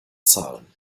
zahlen